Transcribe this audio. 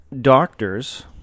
doctors